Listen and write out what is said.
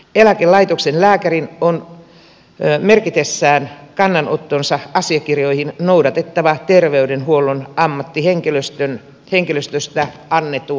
eläkelaitoksen lääkärin on merkitessään kannanottonsa asiakirjoihin noudatettava terveydenhuollon ammattihenkilöistä henkilöstöstä annettu